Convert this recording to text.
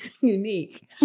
unique